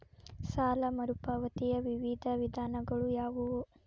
ಸಾಲ ಮರುಪಾವತಿಯ ವಿವಿಧ ವಿಧಾನಗಳು ಯಾವುವು?